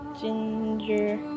Ginger